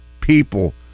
people